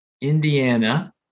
Indiana